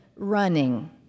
running